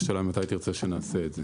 השאלה היא מתי תרצה שנעשה את זה.